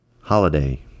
holiday